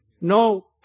No